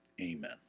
Amen